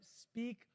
speak